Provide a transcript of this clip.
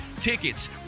Tickets